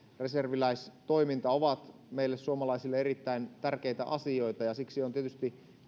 reserviläistoiminta ovat meille suomalaisille erittäin tärkeitä asioita ja siksi on tietysti